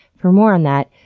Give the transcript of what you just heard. for more on that,